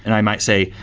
and i might say,